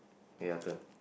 ya your turn